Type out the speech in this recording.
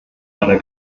einer